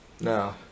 No